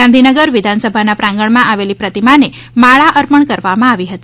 ગાંધીનગર વિધાનસભાના પ્રાંગણમાં આવેલી પ્રતિમાને માળા અર્પણ કરવામાં આવી હતી